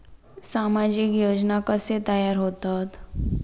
सामाजिक योजना कसे तयार होतत?